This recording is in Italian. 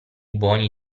buoni